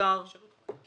הצבעה בעד,